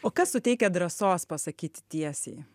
o kas suteikia drąsos pasakyti tiesiai